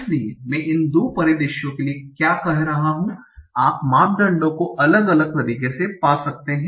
इसलिए मैं इन 2 परिदृश्यो के लिए क्या कह रहा हूं आप मापदंडों को अलग अलग तरीके से पा सकते हैं